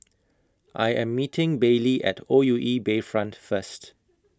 I Am meeting Baylie At O U E Bayfront First